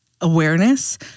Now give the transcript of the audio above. awareness